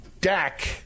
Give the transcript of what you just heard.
Dak